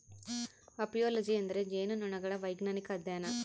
apiology ಎಂದರೆ ಜೇನುನೊಣಗಳ ವೈಜ್ಞಾನಿಕ ಅಧ್ಯಯನ